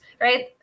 right